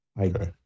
Okay